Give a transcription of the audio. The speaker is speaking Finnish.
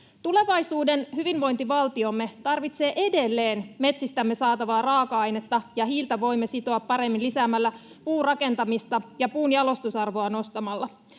Tulevaisuuden hyvinvointivaltiomme tarvitsee edelleen metsistämme saatavaa raaka-ainetta, ja hiiltä voimme sitoa paremmin lisäämällä puurakentamista ja nostamalla